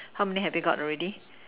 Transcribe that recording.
how many have you got already